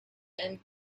and